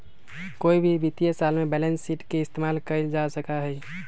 कोई भी वित्तीय साल में बैलेंस शीट के इस्तेमाल कइल जा सका हई